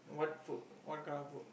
what food what kind of food